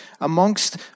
amongst